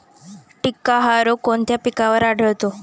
टिक्का हा रोग कोणत्या पिकावर आढळतो?